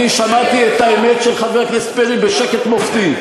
אני שמעתי את האמת של חבר הכנסת פרי בשקט מופתי.